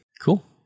cool